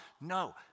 No